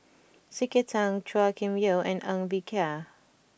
C K Tang Chua Kim Yeow and Ng Bee Kia